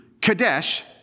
Kadesh